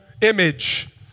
image